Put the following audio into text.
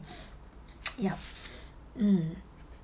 yup mm